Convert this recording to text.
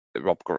rob